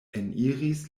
eniris